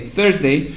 Thursday